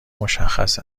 مشخص